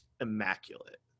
immaculate